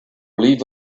leave